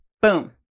Boom